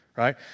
right